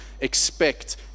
expect